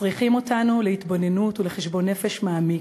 מצריכים אותנו להתבוננות ולחשבון נפש מעמיק,